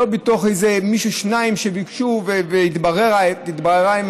לא מתוך איזה מישהו או שניים שביקשו והתבררה האמת.